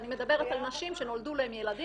אני מדברת על נשים שנולדו להן ילדים